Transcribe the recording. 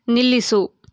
ನಿಲ್ಲಿಸು